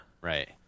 Right